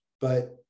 but-